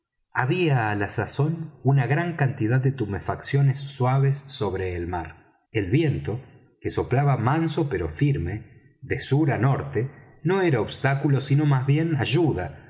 había á la sazón una gran cantidad de tumefacciones suaves sobre el mar el viento que soplaba manso pero firme de sur á norte no era obstáculo sino más bien ayuda